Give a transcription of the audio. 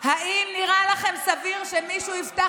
האם נראה לכם סביר שמישהו יפתח,